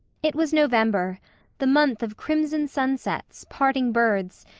it was november the month of crimson sunsets, parting birds,